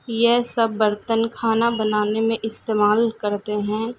یہ سب برتن کھانا بنانے میں استعمال کرتے ہیں